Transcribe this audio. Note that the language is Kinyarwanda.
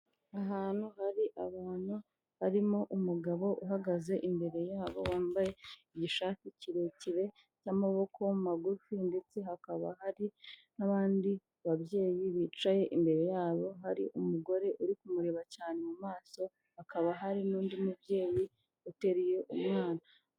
Ahantu hari abantu harimo umugabo uhagaze imbere yabo wambaye igishati kirekire n'amaboko magufi ndetse hakaba hari n'abandi babyeyi bicaye, imbere yabo hari umugore uri kumureba cyane mu maso, hakaba hari n'undi mubyeyi utereye umwana.